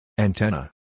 Antenna